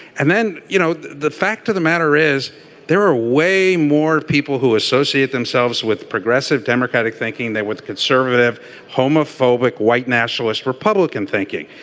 and then you know the fact of the matter is there are way more people who associate themselves with progressive democratic thinking than with conservative homophobic white nationalist republican thinking.